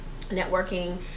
networking